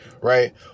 Right